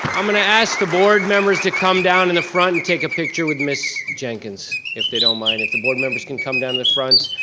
i'm gonna ask the board members to come down in the front and take a picture with miss jenkins, if they don't mind. if the board members can come down the front,